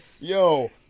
yo